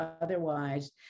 otherwise